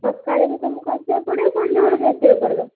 ସକାଳେ ବି ତମକୁ ଆସିବାକୁ ପଡ଼ିବ ସନ୍ଧ୍ୟାବେଳକୁ ଆସିବାକୁ ପଡ଼ିବ